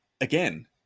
again